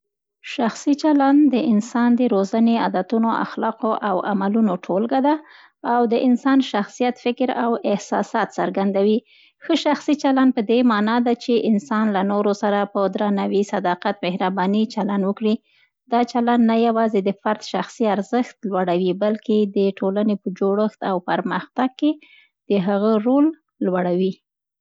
شخصي چلند د انسان د روزنې، عادتونو، اخلاقو او عملونو ټولګه ده او د انسان شخصیت، فکر او احساسات څرګندوي. ښه شخصي چلند په دې مانا ده، چي انسان له نورو سره په درناوي، صداقت، مهربانۍ چلند وکړي. دا چلند نه یوازې د فرد شخصي ارزښت لوړوي، بلکې د ټولنې په جوړښت او پرمختګ کې هم د هغه رول لوړوي.